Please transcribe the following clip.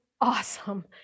awesome